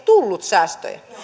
tullut säästöjä